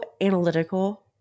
analytical